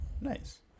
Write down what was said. nice